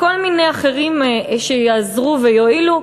לכל מיני אחרים שיעזרו ויועילו,